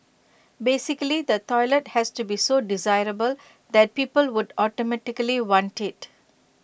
basically the toilet has to be so desirable that people would automatically want IT